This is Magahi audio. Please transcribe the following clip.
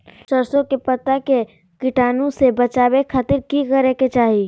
सरसों के पत्ता के कीटाणु से बचावे खातिर की करे के चाही?